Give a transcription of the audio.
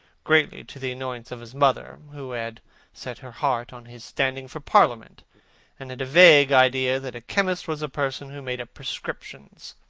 greatly to the annoyance of his mother, who had set her heart on his standing for parliament and had a vague idea that a chemist was a person who made up prescriptions.